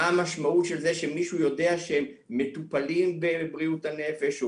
מה המשמעות של זה שמישהו יודע שהם מטופלים בבריאות הנפש או